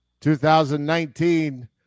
2019